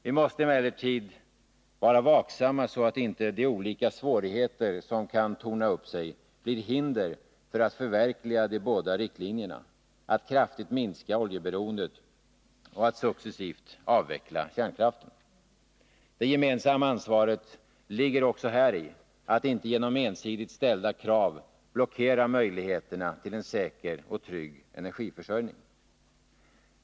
Vi måste emellertid vara vaksamma så att inte de olika svårigheter som kan torna upp sig blir hinder för att förverkliga de båda huvudriktlinjerna: att kraftigt minska oljeberoendet och successivt avveckla kärnkraften. Det gemensamma ansvaret ligger också häri — att inte genom ensidigt ställda krav blockera möjligheterna till en säker och trygg energiförsörjning.